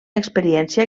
experiència